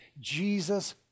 Jesus